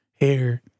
hair